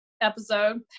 episode